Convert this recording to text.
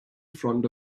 front